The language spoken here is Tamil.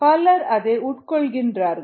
பலர் அதை உட்கொள்கிறார்கள்